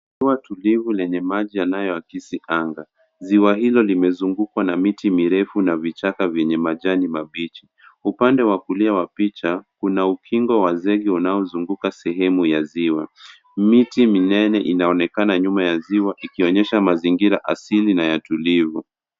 , ziwa lenye maji ya kioo limezungukwa na miti mirefu na vichaka vyenye majani mabichi. Upande wa kulia una ukingo wa mchanga unaozunguka sehemu ya ziwa. Miti minene inaonekana nyuma ya ziwa, ikionyesha mazingira asilia na ya kupendeza ya ziwa